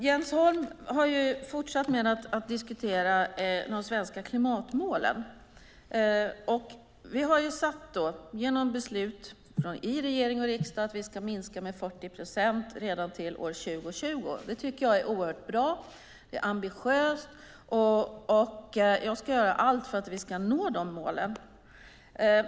Jens Holm har fortsatt med att diskutera de svenska klimatmålen. Vi har sagt genom beslut i regering och riksdag att vi ska minska med 40 procent redan fram till år 2020. Det tycker jag är oerhört bra och ambitiöst. Jag ska göra allt för att vi ska nå de målen.